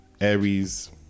aries